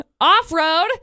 Off-road